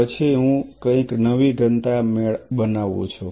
પછી હું કંઈક નવી ઘનતા બનાવું છું